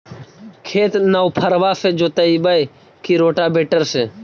खेत नौफरबा से जोतइबै की रोटावेटर से?